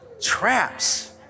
Traps